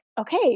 okay